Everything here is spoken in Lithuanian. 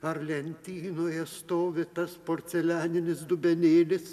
ar lentynoje stovi tas porcelianinis dubenėlis